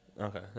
Okay